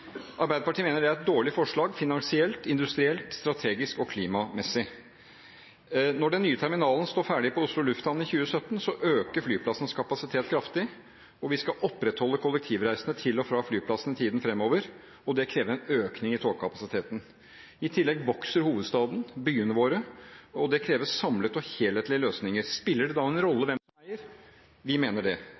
Arbeiderpartiet mener det er et dårlig forslag – finansielt, industrielt, strategisk og klimamessig. Når den nye terminalen står ferdig på Oslo Lufthavn i 2017, øker flyplassens kapasitet kraftig, og vi skal opprettholde kollektivreisene til og fra flyplassen i tiden fremover. Det krever en økning i togkapasiteten. I tillegg vokser hovedstaden, byene våre, og det krever samlede og helhetlige løsninger. Spiller det da en rolle hvem som eier? Vi mener det.